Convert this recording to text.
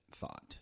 thought